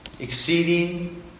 exceeding